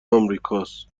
امریکاست